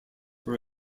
are